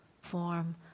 form